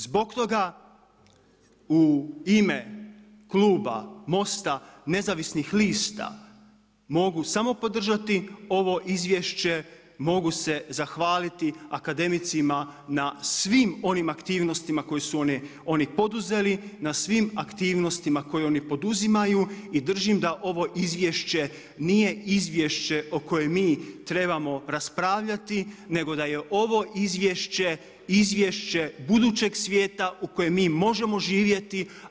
Zbog toga u ime kluba MOST-a nezavisnih lista mogu samo podržati ovo izvješće, mogu se zahvaliti akademicima na svim onim aktivnostima koje su oni poduzeli na svim aktivnostima koje oni poduzimaju i držim da ovo izvješće nije izvješće o kojem mi trebamo raspravljati, nego da je ovo izvješće izvješće budućeg svijeta u kojem mi možemo živjeti.